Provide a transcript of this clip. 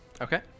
Okay